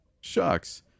shucks